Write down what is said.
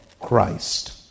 Christ